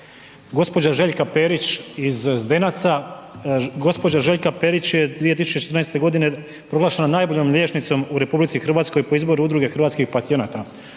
gđa. Željka Perić iz Zdenaca, gđa. Željka Perić je 2014.g. proglašena najboljom liječnicom u RH po izboru udruge hrvatskih pacijenata.